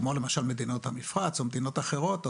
כמו למשל מדינות המפרץ או מדינות אחרות,